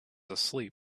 asleep